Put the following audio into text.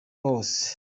hose